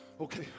Okay